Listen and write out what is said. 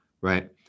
Right